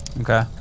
Okay